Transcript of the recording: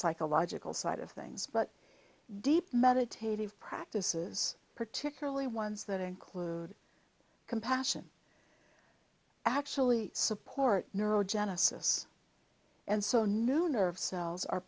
psychological side of things but deep meditative practices particularly ones that include compassion actually support neurogenesis and so new nerve cells are